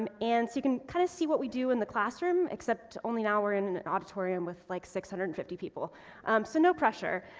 um and so you can kind of see what we do in the classroom except only now we're in an auditorium with like six hundred and fifty people. so no pressure.